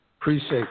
Appreciate